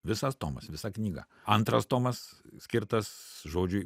visas tomas visa knyga antras tomas skirtas žodžiui